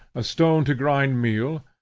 a stone to grind meal,